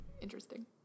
Interesting